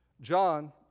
John